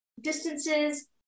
distances